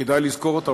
שכדאי לזכור אותן,